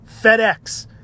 FedEx